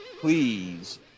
Please